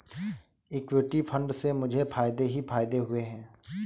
equity fund से मुझे फ़ायदे ही फ़ायदे हुए हैं